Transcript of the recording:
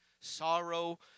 sorrow